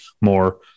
more